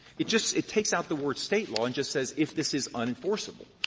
it just it takes out the word state law and just says if this is unenforceable.